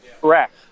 Correct